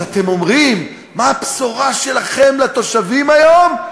אז אתם אומרים, מה הבשורה שלכם לתושבים היום?